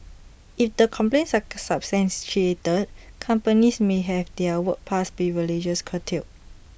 if the complaints are substantiated companies may have their work pass privileges curtailed